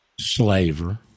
slaver